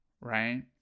right